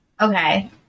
okay